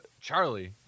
Charlie